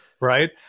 Right